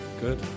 good